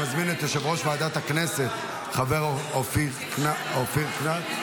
אני מזמין את יושב-ראש ועדת הכנסת חבר הכנסת אופיר כץ.